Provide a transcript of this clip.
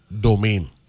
domain